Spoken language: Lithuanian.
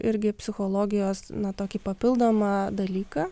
irgi psichologijos na tokį papildomą dalyką